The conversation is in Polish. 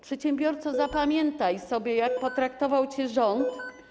Przedsiębiorco, zapamiętaj sobie, jak potraktował cię rząd.